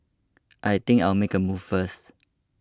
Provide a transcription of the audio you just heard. I think I'll make a move first